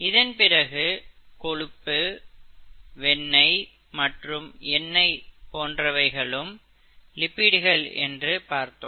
இதன்பிறகு கொழுப்பு வெண்ணெய் மற்றும் எண்ணெய் போன்றவைகளும் லிப்பிடுகள் என்று பார்த்தோம்